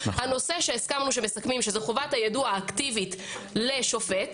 הנושא שהסכמנו שמקדמים שהוא חובת היידוע האקטיבית לשופט,